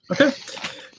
Okay